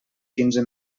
quinze